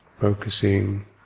focusing